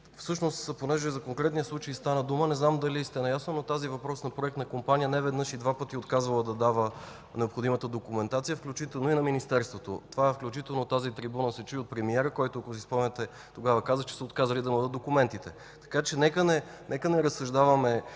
Всъщност, понеже стана дума за конкретния случай, не знам дали сте наясно, но тази въпросна проектна компания не веднъж и два пъти е отказала да дава необходимата документация, включително и на Министерството. Това се чу от тази трибуна от премиера, който, ако си спомняте, тогава каза, че са отказали да му дадат документите. Така че нека не разсъждаваме